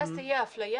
כי אז תהיה הפליה.